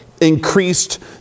increased